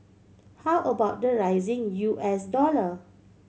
how about the rising U S dollar